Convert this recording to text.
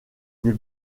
des